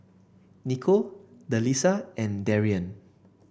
Niko Delisa and Darrien